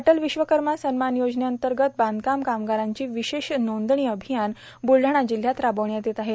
अटल विश्वकर्मा सन्मान योजनेअंतर्गत बांधकाम कामगारांचे विशेष नोंदणी अभियान ब्लडाणा जिल्ह्यात राबविण्यात येत आहे